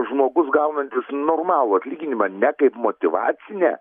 žmogus gaunantis normalų atlyginimą ne kaip motyvacinė